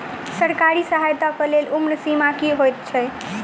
सरकारी सहायता केँ लेल उम्र सीमा की हएत छई?